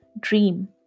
dream